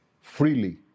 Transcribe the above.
freely